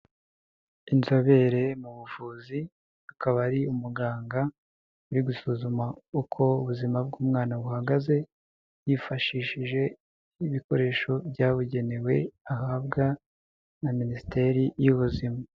Inzobere mu buvuzi, akaba ari umuganga uri gusuzuma uko ubuzima bw'umwana buhagaze yifashishije ibikoresho byabugenewe ahabwa na minisiteri y'ubuzima.